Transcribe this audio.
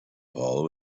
paul